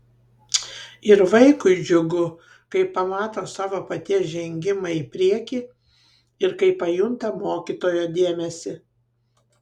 ir vaikui džiugu kai pamato savo paties žengimą į priekį ir kai pajunta mokytojo dėmesį